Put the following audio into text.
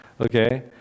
Okay